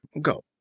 Go